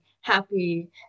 happy